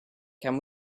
can